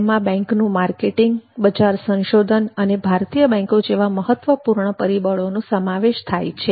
તેમા બેન્કનું માર્કેટિંગ બજાર સંશોધન અને ભારતીય બેન્કો જેવા મહત્વપૂર્ણ પરિબળોનો સમાવેશ થાય છે